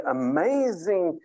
amazing